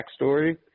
backstory